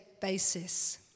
basis